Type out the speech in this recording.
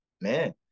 man